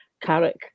Carrick